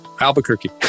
albuquerque